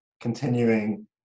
continuing